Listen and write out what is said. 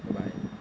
bye bye